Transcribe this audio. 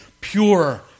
pure